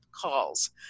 calls